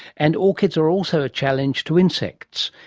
and orchids are also a challenge to insects.